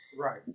Right